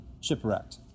shipwrecked